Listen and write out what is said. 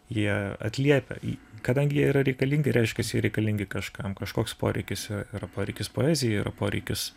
jie atliepia į kadangi jie yra reikalingi reiškias jie reikalingi kažkam kažkoks poreikis yra yraporeikis poezijai yra poreikis